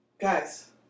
guys